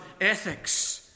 ethics